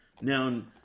Now